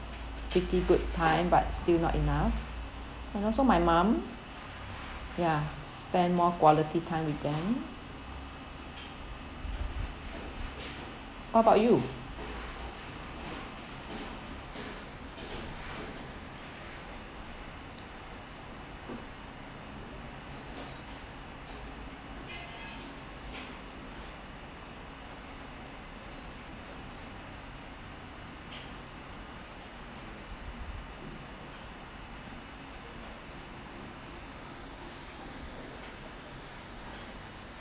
pretty good time but still not enough and also my mum ya spend more quality time with them what about you